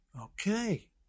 okay